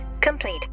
complete